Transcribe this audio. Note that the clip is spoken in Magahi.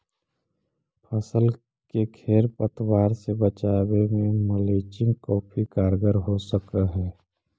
फसल के खेर पतवार से बचावे में मल्चिंग काफी कारगर हो सकऽ हई